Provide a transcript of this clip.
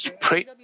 pray